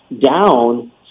down